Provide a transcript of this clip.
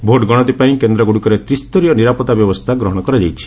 vote ଗଣତି କେନ୍ଦ୍ରଗୁଡ଼ିକରେ ତ୍ରିସ୍ତରୀୟ ନିରାପଭା ବ୍ୟବସ୍ଥା ଗ୍ରହଣ କରାଯାଇଛି